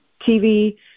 TV